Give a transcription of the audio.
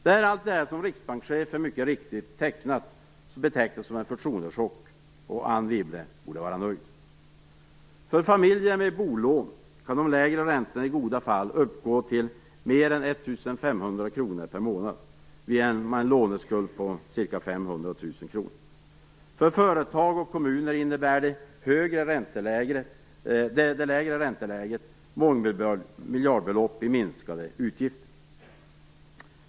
Det är allt detta som riksbankschefen mycket riktigt betecknat som en förtroendechock, och Anne Wibble borde vara nöjd. För familjer med bolån kan minskningen av räntorna i goda fall uppgå till mer än 1 500 kr per månad, vid en låneskuld på ca 500 000 kr. För företag och kommuner innebär det lägre ränteläget mångmiljardbelopp i minskade utgifter.